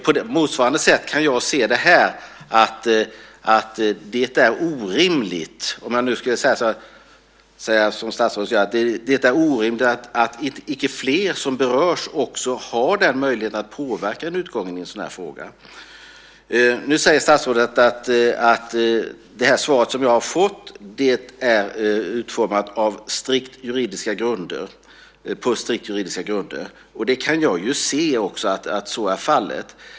På motsvarande sätt kan jag se att det är orimligt att icke fler som berörs har möjlighet att påverka utgången i den här frågan. Nu säger statsrådet att svaret som jag har fått är utformat på strikt juridiska grunder. Jag kan också se att så är fallet.